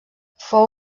fou